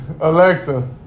Alexa